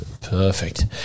Perfect